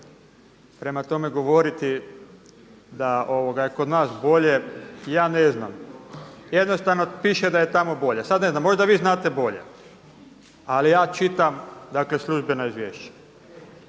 Prema tome, govoriti da je kod nas bolje ja ne znam, jednostavno piše da je tamo bolje. Sad ne znam, možda vi znate bolje. Ali ja čitam dakle službena izvješća.